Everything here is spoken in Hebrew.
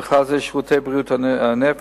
ובכלל זה שירותי בריאות הנפש,